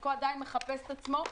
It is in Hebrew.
חלקו עדיין מחפש את עצמו.